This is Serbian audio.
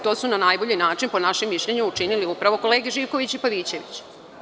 To su na najbolji način po našem mišljenju učinili upravo kolege Živković i Pavićević.